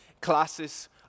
classes